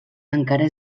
encara